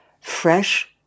Fresh